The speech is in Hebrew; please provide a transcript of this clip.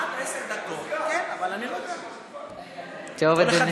עד עשר דקות כן, אבל אני לא יודע, טוב, אדוני.